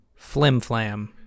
flimflam